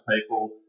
people